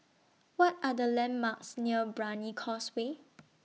What Are The landmarks near Brani Causeway